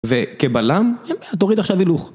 וכבלם, תוריד עכשיו הילוך.